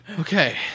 Okay